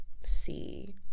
see